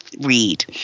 read